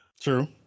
True